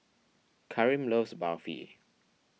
Karim loves Barfi